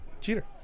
Cheater